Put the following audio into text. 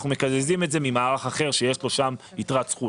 אנחנו מקזזים את זה ממערך אחר שיש לו שם יתר זכות.